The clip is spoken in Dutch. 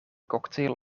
cocktail